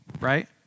right